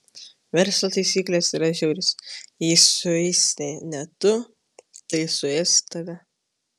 verslo taisyklės yra žiaurios jei suėsi ne tu tai suės tave